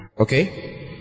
Okay